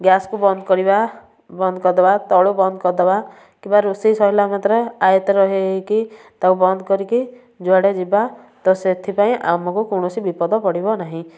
ଗ୍ୟାସ୍କୁ ବନ୍ଦ କରିବା ବନ୍ଦ କରିଦବା ତଳୁ ବନ୍ଦ କରିଦବା କିମ୍ବା ରୋଷେଇ ସରିଲା ମାତ୍ରେ ଆୟତ୍ତର ହେଇକି ତାକୁ ବନ୍ଦ କରିକି ଯୁଆଡ଼େ ଯିବା ତ ସେଥିପାଇଁ ଆମକୁ କୌଣସି ବିପଦ ପଡ଼ିବ ନାହିଁ